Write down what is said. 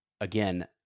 again